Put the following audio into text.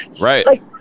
right